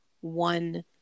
one